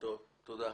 תודה.